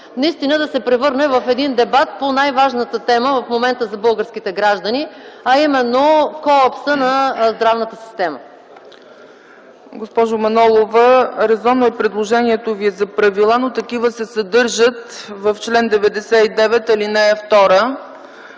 наистина да се превърне в един дебат по най-важната тема в момента за българските граждани, а именно - колапсът на здравната система. ПРЕДСЕДАТЕЛ ЦЕЦКА ЦАЧЕВА: Госпожо Манолова, резонно е предложението Ви за правила, но такива се съдържат в чл. 99, ал. 2,